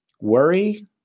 worry